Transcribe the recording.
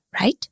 right